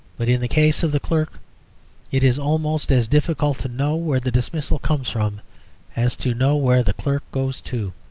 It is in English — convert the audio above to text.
but in the case of the clerk it is almost as difficult to know where the dismissal comes from as to know where the clerk goes to.